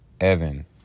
Evan